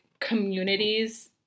communities